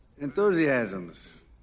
Enthusiasms